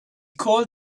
called